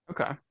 okay